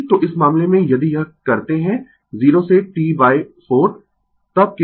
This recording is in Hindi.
तो इस मामले में यदि यह करते है 0 से T 4 तक केवल क्वार्टर साइकिल 0 से 2 r जिसे कहते है 4 VmIm2 sin 2 ω t dt